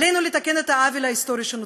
עלינו לתקן את העוול ההיסטורי שנוצר,